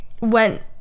went